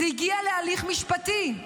זה הגיע להליך משפטי.